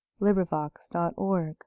LibriVox.org